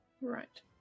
right